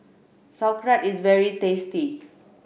Sauerkraut is very tasty